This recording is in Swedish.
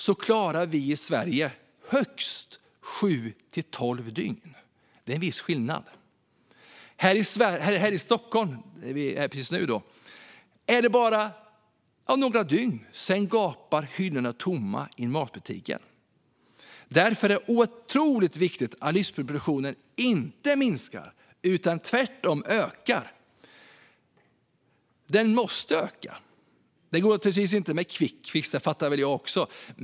I Sverige klarar vi högst sju till tolv dygn. Det är en viss skillnad. I Stockholm, där vi nu befinner oss, tar det bara några dygn - sedan gapar hyllorna tomma i matbutiken. Det är därför otroligt viktigt att livsmedelsproduktionen inte minskar utan tvärtom ökar. Den måste öka. Det går naturligtvis inte med quickfix - det fattar väl jag också.